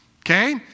Okay